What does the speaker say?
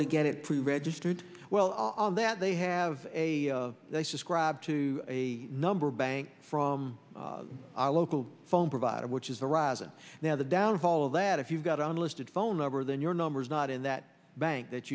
to get it through registered well all that they have a scribe to a number bank from our local phone provider which is the rise and now the downfall of that if you've got an unlisted phone number then your number is not in that bank that